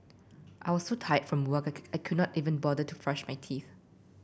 I was so tired from work I could not even bother to brush my teeth